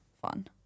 fun